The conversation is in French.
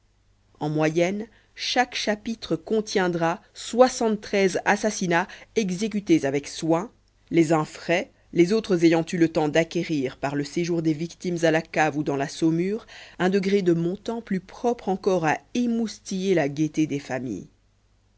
en moyenne chaque chapitre contiendra soixante-treize assassinats exécutés avec soin les uns frais les autres ayant eu le temps d'acquérir par le séjour des victimes à la cave ou dans la saumure un degré de montant plus propre encore à émoustiller la gaîté des familles